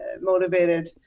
motivated